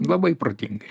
labai protingai